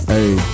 Hey